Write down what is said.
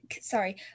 sorry